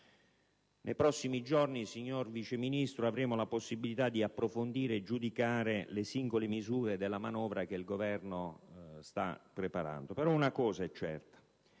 Nei prossimi giorni, signor Vice Ministro, avremo la possibilità di approfondire e giudicare le singole misure della manovra che il Governo sta predisponendo. Però una cosa è certa: